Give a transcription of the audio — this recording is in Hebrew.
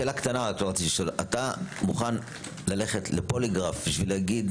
שאלה קטנה: אתה מוכן ללכת לפוליגרף כדי להגיד